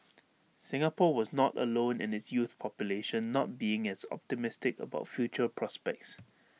Singapore was not alone in its youth population not being as optimistic about future prospects